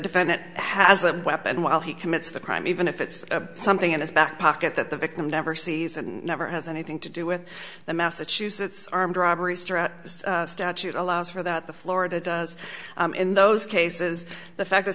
defendant has a weapon while he commits the crime even if it's something in his back pocket that the victim never sees and never has anything to do with the massachusetts armed robbery statute allows for that the florida does in those cases the fact that